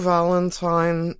Valentine